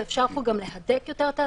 ואפשר להדק יותר את ההסכמה.